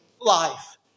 life